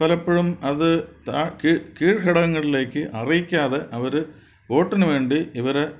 പലപ്പഴും അത് ത കീഴ് കീഴ്ഘടകങ്ങളിലേക്ക് അറിയിക്കാതെ അവര് വോട്ടിനുവേണ്ടി ഇവരെ